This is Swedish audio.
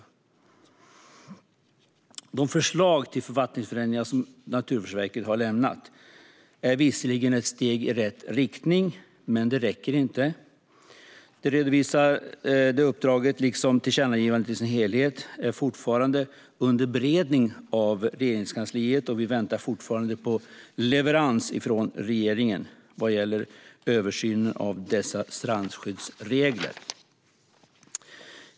De förslag till författningsändringar som Naturvårdsverket har lämnat är visserligen ett steg i rätt riktning, men det räcker inte. Det redovisade uppdraget, liksom tillkännagivandet i sin helhet, är fortfarande under beredning i Regeringskansliet. Vi väntar fortfarande på leverans från regeringen vad gäller översynen av dessa strandskyddsregler.